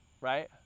right